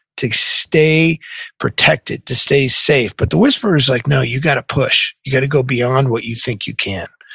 to stay protected, to stay safe. but the whisperer's like, no, you got to push. you got to go beyond what you think you can,